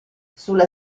sulla